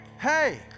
Hey